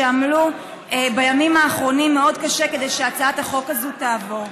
שעמלו בימים האחרונים מאוד קשה כדי שהצעת החוק הזאת תעבור.